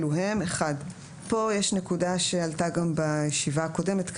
פה יש נקודה שעלתה גם בישיבה הקודמת.